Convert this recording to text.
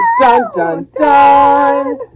Dun-dun-dun